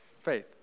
Faith